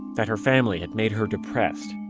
that her family had made her depressed.